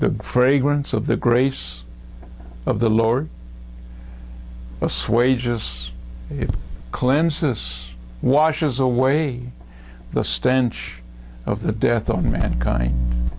the fragrance of the grace of the lower assuage as it cleanse us washes away the stench of the death on mankind